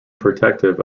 protective